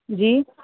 جی